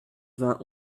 vingt